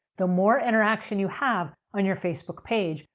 the more interaction you have on your facebook page,